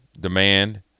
demand